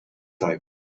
type